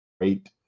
great